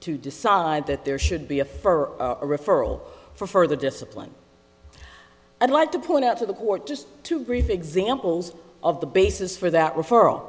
to decide that there should be a fur a referral for further discipline i'd like to point out to the court just two brief examples of the basis for that referral